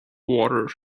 water